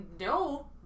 No